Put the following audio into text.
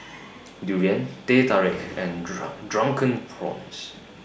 Durian Teh Tarik and Drunken Prawns